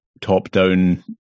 top-down